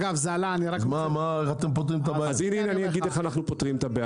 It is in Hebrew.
אל תדאג, נעשה עוד ישיבה.